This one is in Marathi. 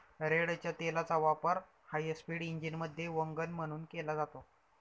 रेडच्या तेलाचा वापर हायस्पीड इंजिनमध्ये वंगण म्हणून केला जातो